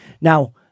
Now